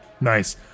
Nice